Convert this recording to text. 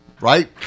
Right